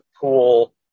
pool